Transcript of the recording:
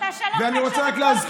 אתה שלחת עכשיו את